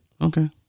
okay